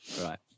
right